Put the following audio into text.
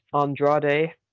andrade